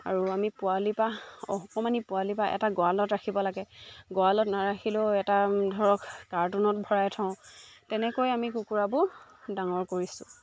আৰু আমি পোৱালি পৰা অকণমানি পোৱালি পৰা এটা গঁৰালত ৰাখিব লাগে গঁৰালত নাৰাখিলেও এটা ধৰক কাৰ্টুনত ভৰাই থওঁ তেনেকৈ আমি কুকুৰাবোৰ ডাঙৰ কৰিছোঁ